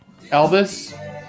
Elvis